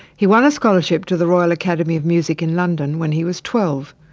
he won a scholarship to the royal academy of music in london when he was twelve,